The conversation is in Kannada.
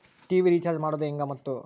ಟಿ.ವಿ ರೇಚಾರ್ಜ್ ಮಾಡೋದು ಹೆಂಗ ಮತ್ತು?